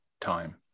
time